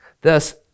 Thus